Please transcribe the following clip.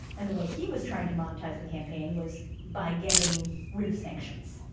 and the way he was trying to monetize the campaign was by getting rid of sanctions.